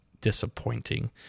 disappointing